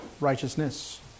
righteousness